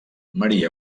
maria